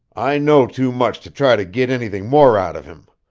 i knows too much to try to git anything more out of him.